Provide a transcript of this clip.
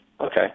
okay